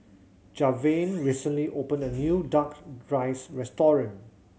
Javen recently opened a new Duck Rice restaurant